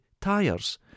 tires